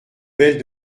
belle